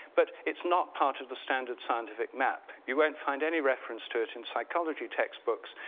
but it's not part of the standard scientific map. you won't find any reference to it in psychology textbooks.